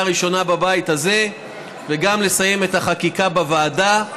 ראשונה בבית הזה וגם לסיים את החקיקה בוועדה,